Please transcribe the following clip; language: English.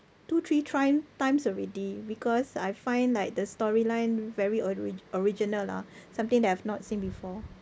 two three trim~ times already because I find like the storyline very ori~ original ah something that I've not seen before